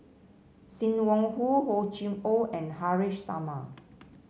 Sim Wong Hoo Hor Chim Or and Haresh Sharma